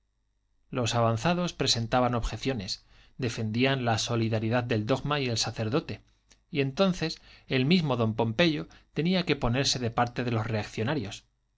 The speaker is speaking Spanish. los avanzados presentaban objeciones defendían la solidaridad del dogma y el sacerdote y entonces el mismo don pompeyo tenía que ponerse de parte de los reaccionarios